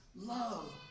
love